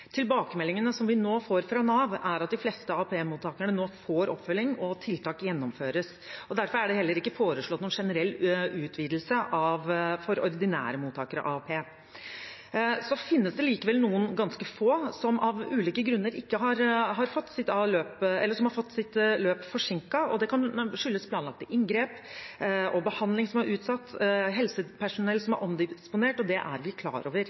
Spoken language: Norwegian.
Tilbakemeldingene vi nå får fra Nav, er at de fleste AAP-mottakere nå får oppfølging, og at tiltak gjennomføres. Derfor er det heller ikke foreslått noen generell utvidelse for ordinære mottakere av AAP. Det finnes likevel noen ganske få som av ulike grunner har fått sitt løp forsinket. Det kan skyldes planlagte inngrep, behandling som er utsatt, og helsepersonell som er omdisponert, og det er vi klar over.